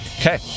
Okay